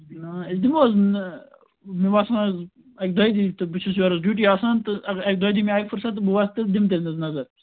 آ أسۍ دِمَو حظ نہ مےٚ باسان حظ اَکہِ دۄیہِ دُہۍ بہٕ چھُس یورٕ ڈیوٹی آسان تہٕ اگر اَکہِ دۄیہِ دُہۍ مےٚ آیہِ فٔرسَت تہٕ بہٕ وَسہٕ تہٕ دِمہٕ تیٚلہِ حظ نظر